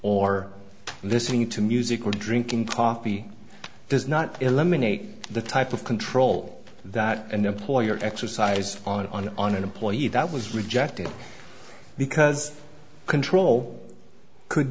or listening to music or drinking coffee does not eliminate the type of control that an employer exercised on an employee that was rejected because control could